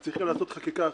צריך לעשות חקיקה אחרת.